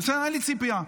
אין לי ציפייה.